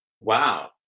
wow